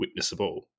witnessable